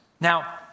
Now